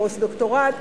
פוסט-דוקטורט,